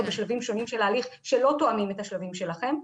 בשלבים שונים של ההליך שלא תואמים את השלבים שלכם.